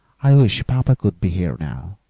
i wish papa could be here now.